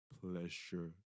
pleasure